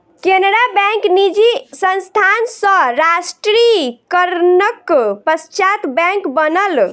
Canara bank निजी संस्थान सॅ राष्ट्रीयकरणक पश्चात बैंक बनल